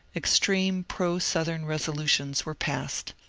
extreme pro-southern resolutions were passed.